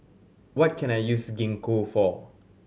what can I use Gingko for